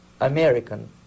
American